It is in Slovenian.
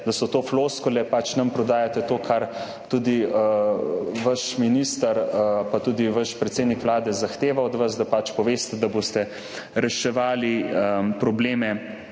da so to floskule, pač nam prodajate to, kar vaš minister pa tudi vaš predsednik Vlade zahteva od vas. Da pač poveste, da boste reševali probleme